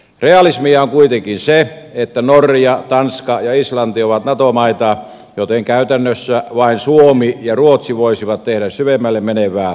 realismia on kuitenkin se että norja tanska ja islanti ovat nato maita joten käytännössä vain suomi ja ruotsi voisivat tehdä syvemmälle menevää puolustusyhteistyötä